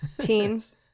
teens